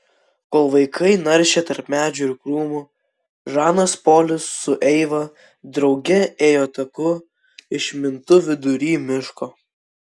kol vaikai naršė tarp medžių ir krūmų žanas polis su eiva drauge ėjo taku išmintu vidury miško